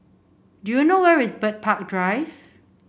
do you know where is Bird Park Drive